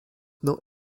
not